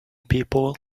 people